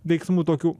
veiksmų tokių